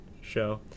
show